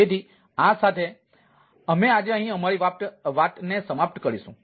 તેથી આ સાથે અમે આજે અહીં અમારી વાત સમાપ્ત કરીશું